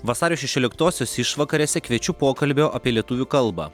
vasario šešioliktosios išvakarėse kviečiu pokalbio apie lietuvių kalbą